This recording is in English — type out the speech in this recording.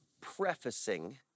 prefacing